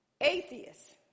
Atheists